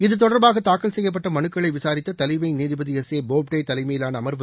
இது தொடர்பாக தாக்கல் செய்யப்பட்ட மனுக்களை விசாரித்த தலைமை நீதிபதி எஸ் ஏ பாப்டே தலைமையிலான அமர்வு